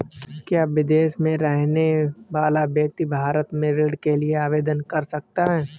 क्या विदेश में रहने वाला व्यक्ति भारत में ऋण के लिए आवेदन कर सकता है?